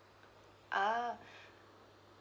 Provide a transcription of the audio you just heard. ah